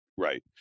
Right